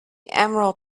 emerald